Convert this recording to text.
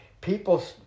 people